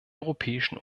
europäischen